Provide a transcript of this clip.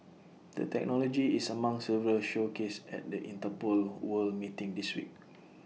the technology is among several showcased at the Interpol world meeting this week